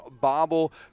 Bobble